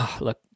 Look